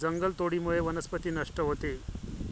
जंगलतोडीमुळे वनस्पती नष्ट होते